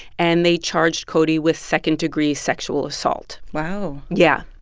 and they charged cody with second-degree sexual assault wow yeah.